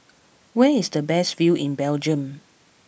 where is the best view in Belgium